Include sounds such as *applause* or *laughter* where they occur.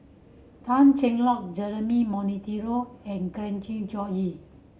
Tan Cheng Lock Jeremy Monteiro and Glen *unintelligible* Goei